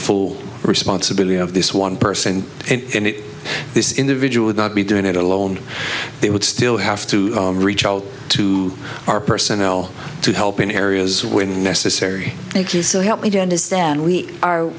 full responsibility of this one person and this individual would not be doing it alone they would still have to reach out to our personnel to help in areas where necessary thank you so help me to understand we are